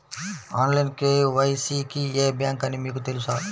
Online KYC కి ఏ bank అని మీకు తెలుసా?